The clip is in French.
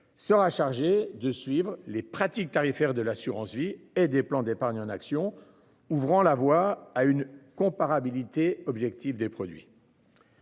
sera chargé de suivre les pratiques tarifaires de l'assurance vie et des plans d'épargne en actions, ouvrant la voie à une comparabilité objectif des produits.